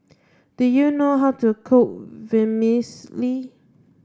do you know how to cook Vermicelli